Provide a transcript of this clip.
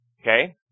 Okay